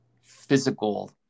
physical